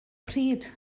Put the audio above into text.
pryd